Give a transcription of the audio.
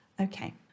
Okay